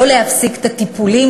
לא להפסיק את הטיפולים,